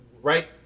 Right